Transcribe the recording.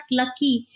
lucky